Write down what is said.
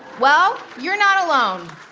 well, you're not alone.